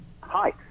Hi